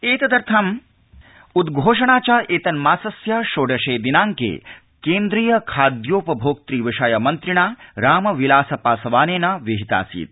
एतद् विषयिणी उद्घोषणा च एतन्मासस्य षोडशे दिनांके केन्द्रीय खाद्योपभोक्त विषय मन्त्रिणा रामविलास पासवानेन विहितासीत्